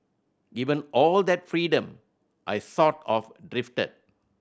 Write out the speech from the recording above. given all that freedom I sort of drifted